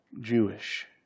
Jewish